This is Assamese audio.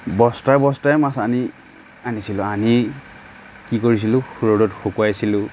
বস্তাই বস্তাই মাছ আনি আনিছিলোঁ আনি কি কৰিছিলোঁ ৰ'দত শুকাইছিলোঁ